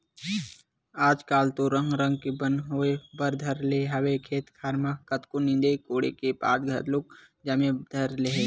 आजकल तो रंग रंग के बन होय बर धर ले हवय खेत खार म कतको नींदे कोड़े के बाद घलोक जामे बर धर लेथे